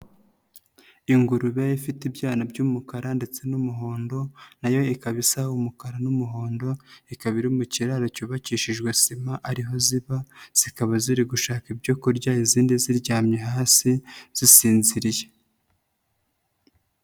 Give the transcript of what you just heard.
Ingurube ifite ibyana by'umukara ndetse n'umuhondo, nayo ikaba isa umukara n'umuhondo, ikaba iri mu kiraro cyubakishijwe sima ariho ziba, zikaba ziri gushaka ibyo kurya, izindi ziryamye hasi zisinziriye.